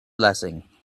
blessing